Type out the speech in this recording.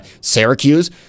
Syracuse